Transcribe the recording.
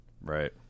Right